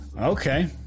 Okay